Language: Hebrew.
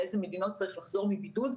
מאיזה מדינות צריך לחזור מבידוד,